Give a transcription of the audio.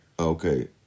Okay